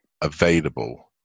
available